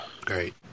Great